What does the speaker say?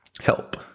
help